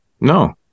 No